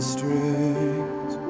Straight